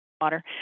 water